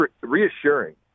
reassuring